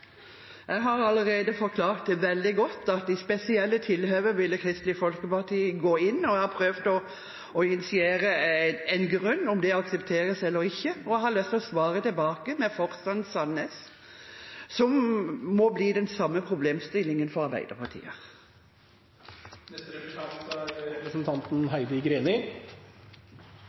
Jeg har allerede forklart det veldig godt, at i spesielle tilhøve ville Kristelig Folkeparti gå inn, og jeg har prøvd å initiere en grunn – om det aksepteres eller ikke. Jeg har lyst til å svare tilbake med Forsand/Sandnes, som må bli den samme problemstillingen for Arbeiderpartiet. Jeg er